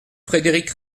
frédéric